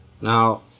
now